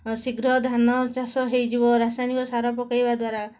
ଶୀଘ୍ର ଧାନ ଚାଷ ହେଇଯିବ ରାସାୟନିକ ସାର ପକେଇବା ଦ୍ୱାରା